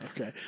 Okay